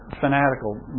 fanatical